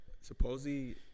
supposedly